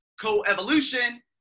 co-evolution